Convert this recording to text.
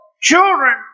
children